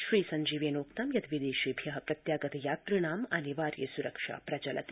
श्रीसंजीवेनोक्त यत् विदेशेभ्य प्रत्यागत यात्रिणां अनिवार्य सुरक्षा प्रचलति